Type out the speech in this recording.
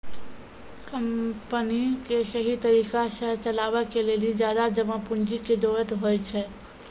company क सहि तरिका सह चलावे के लेलो ज्यादा जमा पुन्जी के जरुरत होइ छै